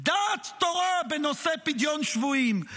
דעת תורה בנושא פדיון שבויים.